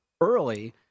Early